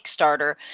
Kickstarter